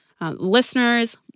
Listeners